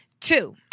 Two